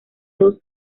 dos